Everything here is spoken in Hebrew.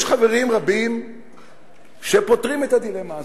יש חברים רבים שפותרים את הדילמה הזאת,